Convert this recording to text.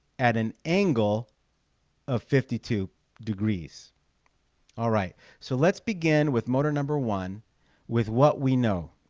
at an angle of fifty two degrees alright so let's begin with motor number one with what we know